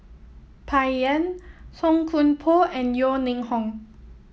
Bai Yan Song Koon Poh and Yeo Ning Hong